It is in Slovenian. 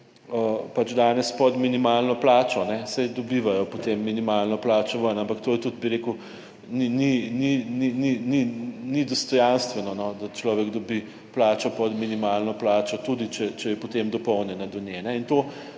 pač danes pod minimalno plačo, saj dobivajo potem minimalno plačo ven, ampak to je tudi, bi rekel, ni dostojanstveno, da človek dobi plačo pod minimalno plačo, tudi če je, potem dopolnjena do nje.